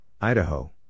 Idaho